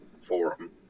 forum